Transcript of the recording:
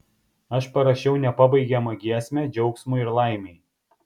aš parašiau nepabaigiamą giesmę džiaugsmui ir laimei